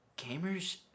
gamers